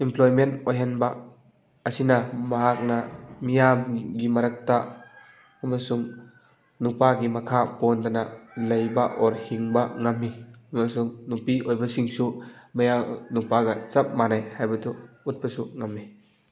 employment ꯑꯣꯏꯍꯟꯕ ꯑꯁꯤꯅ ꯃꯍꯥꯛꯅ ꯃꯤꯌꯥꯝꯒꯤ ꯃꯔꯛꯇ ꯑꯃꯁꯨꯡ ꯅꯨꯄꯥꯒꯤ ꯃꯈꯥ ꯄꯣꯟꯗꯅ ꯂꯩꯕ ꯑꯣꯔ ꯍꯤꯡꯕ ꯉꯝꯃꯤ ꯑꯃꯁꯨꯡ ꯅꯨꯄꯤ ꯑꯣꯏꯕꯁꯤꯡꯁꯨ ꯅꯨꯄꯥꯒ ꯆꯞ ꯃꯥꯟꯅꯩ ꯍꯥꯏꯕꯗꯣ ꯎꯠꯄꯁꯨ ꯉꯝꯃꯤ